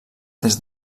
des